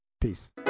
Peace